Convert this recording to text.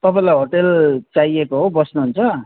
तपाईँलाई होटेल चाहिएको हो बस्नुहुन्छ